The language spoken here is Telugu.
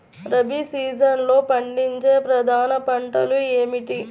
రబీ సీజన్లో పండించే ప్రధాన పంటలు ఏమిటీ?